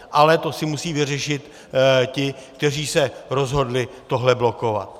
Ale to si musí vyřešit ti, kteří se rozhodli tohle blokovat.